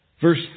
Verse